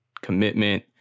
commitment